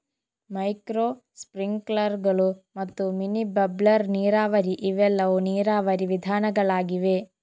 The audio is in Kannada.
ಮೈಕ್ರೋ ಸ್ಪ್ರಿಂಕ್ಲರುಗಳು ಮತ್ತು ಮಿನಿ ಬಬ್ಲರ್ ನೀರಾವರಿ ಇವೆಲ್ಲವೂ ನೀರಾವರಿ ವಿಧಾನಗಳಾಗಿವೆ